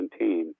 2017